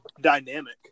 dynamic